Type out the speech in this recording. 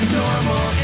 normal